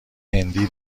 هندی